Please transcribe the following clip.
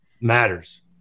matters